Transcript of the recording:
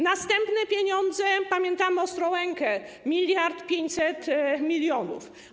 Następne pieniądze: pamiętamy Ostrołękę - 1500 mln zł.